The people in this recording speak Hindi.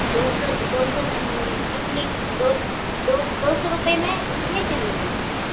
दो सौ दो सौ कितने की दो दो दो सौ रुपये में कितने किलो लोगी